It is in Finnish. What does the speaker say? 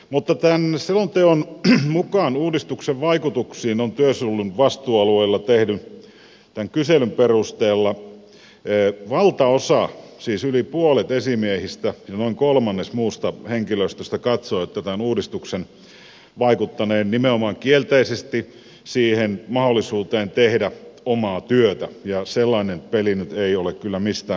mutta tämän selonteon mukaan uudistuksen vaikutuksista työsuojelun vastuualueeseen tämän tehdyn kyselyn perusteella valtaosa siis yli puolet esimiehistä ja noin kolmannes muusta henkilöstöstä katsoo tämän uudistuksen vaikuttaneen nimenomaan kielteisesti mahdollisuuteen tehdä omaa työtä ja sellainen peli nyt ei ole kyllä mistään kotoisin